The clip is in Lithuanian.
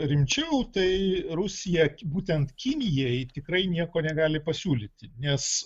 rimčiau tai rusija būtent kinijai tikrai nieko negali pasiūlyti nes